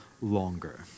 longer